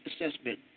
assessment